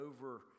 over